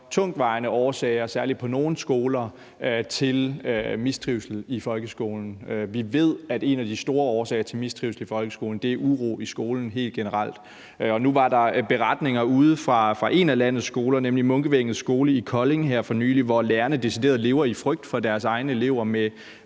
tungtvejende årsager, særlig på nogle skoler, til mistrivsel i folkeskolen; vi ved, at en af de store årsager til mistrivsel i folkeskolen er uro i skolen helt generelt. Nu var der beretninger ude fra en af landets skoler, nemlig Munkevængets Skole i Kolding, her for nylig, hvor lærerne decideret lever i frygt for deres egne elever med